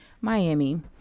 miami